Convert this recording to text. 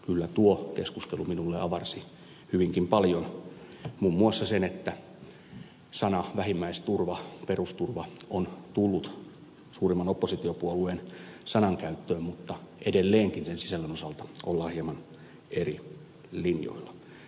kyllä tuo keskustelu minua avarsi hyvinkin paljon muun muassa siinä että sanat vähimmäisturva ja perusturva ovat tulleet suurimman oppositiopuolueen sanankäyttöön mutta edelleenkin niiden sisällön osalta ollaan hieman eri linjoilla